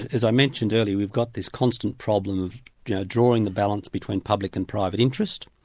as i mentioned earlier, we've got this constant problem of drawing the balance between public and private interest.